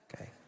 okay